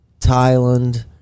Thailand